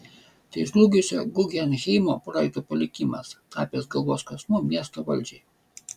tai žlugusio guggenheimo projekto palikimas tapęs galvos skausmu miesto valdžiai